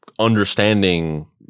understanding